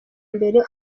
imbere